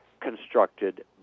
constructed